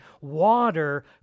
water